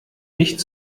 nicht